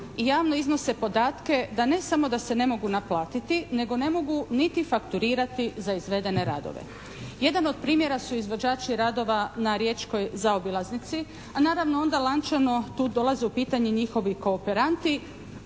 i javno iznose podatke da ne samo da se ne mogu naplatiti, nego ne mogu niti fakturirati za izvedene radove. Jedan od primjera su izvođači radova na riječkoj zaobilaznici, a naravno onda lančano tu dolaze u pitanje njihovi kooperanti